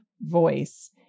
voice